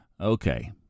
Okay